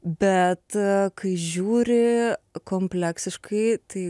bet kai žiūri kompleksiškai tai